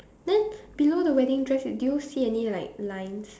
then below the wedding dress do you see any like lines